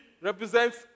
represents